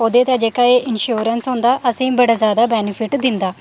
ओह्दे च जेह्का एह् इंश्योरेंस होंदा ओह् असें ई बड़ा जैदा बैनिफिट दिंदा